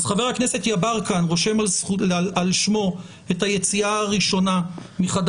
חבר הכנסת יברקן רושם על שמו את היציאה הראשונה מחדר